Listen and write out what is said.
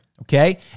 okay